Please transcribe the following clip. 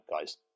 guys